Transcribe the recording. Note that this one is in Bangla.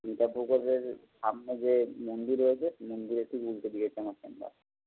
নিশা পুকুরের সামনে যে মন্দির রয়েছে সেই মন্দিরের ঠিক উল্টোদিকে হচ্ছে আমার চেম্বার